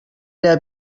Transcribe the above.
era